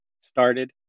started